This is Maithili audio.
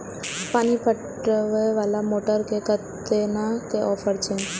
पानी पटवेवाला मोटर पर केतना के ऑफर छे?